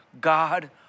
God